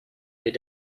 weht